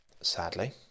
Sadly